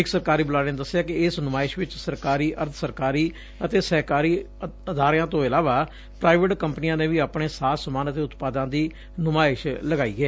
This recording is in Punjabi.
ਇਕ ਸਰਕਾਰੀ ਬੁਲਾਰੇ ਨੇ ਦੱਸਿਐ ਕਿ ਇਸ ਨੁਮਾਇਸ਼ ਵਿਚ ਸਰਕਾਰੀ ਅਰਧ ਸਰਕਾਰੀ ਅਤੇ ਸਹਿਕਾਰੀ ਅਦਾਰਿਆਂ ਤੋਂ ਇਲਾਵਾ ਪ੍ਰਾਈਵੇਟ ਕੰਪਨੀਆਂ ਨੇ ਵੀ ਆਪਣੇ ਸਾਜ਼ ਸਮਾਨ ਅਤੇ ਉਤਪਾਦਾਂ ਦੀ ਨੁਮਾਇਸ਼ ਲਗਾਈ ਏ